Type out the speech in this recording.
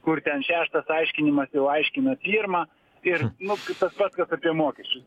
kur ten šeštas aiškinimas jau aiškina pirmą ir nu k tas pats kas apie mokesčius